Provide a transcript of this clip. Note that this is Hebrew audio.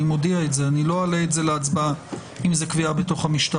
אני מודיע את זה אני לא אעלה את זה להצבעה אם זאת קביעה בתוך המשטרה.